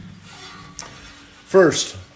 First